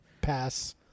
Pass